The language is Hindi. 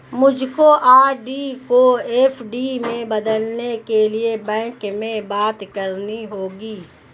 मुझको आर.डी को एफ.डी में बदलने के लिए बैंक में बात करनी होगी